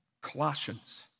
Colossians